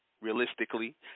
realistically